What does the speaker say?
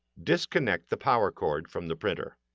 disconnect the power cord from the printer.